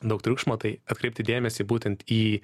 daug triukšmo tai atkreipti dėmesį būtent į